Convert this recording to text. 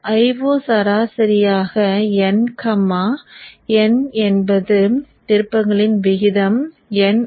Io சராசரியாக n n என்பது திருப்பங்களின் விகிதம் nIo